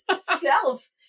self